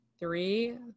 Three